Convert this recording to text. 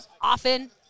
often